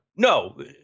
No